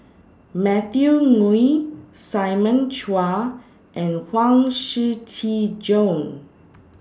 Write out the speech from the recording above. Matthew Ngui Simon Chua and Huang Shiqi Joan